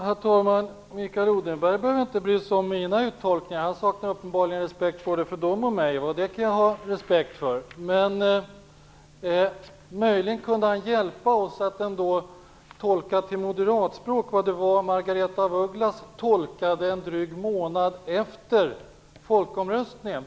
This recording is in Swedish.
Herr talman! Mikael Odenberg behöver inte bry sig om mina uttolkningar. Han saknar uppenbarligen respekt både för dem och mig. Det kan jag ha respekt för. Möjligen kunde han hjälpa oss att tolka moderatspråket. Vad var det Margaretha af Ugglas tolkade en dryg månad efter folkomröstningen?